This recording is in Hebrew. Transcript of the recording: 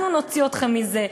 אנחנו נוציא אתכם מזה.